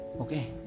okay